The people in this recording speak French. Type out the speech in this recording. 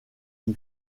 qui